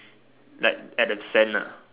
like at the sand lah